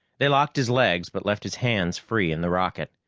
they locked his legs, but left his hands free in the rocket.